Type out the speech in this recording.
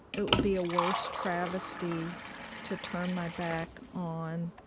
it would be a worse travesty to turn my back on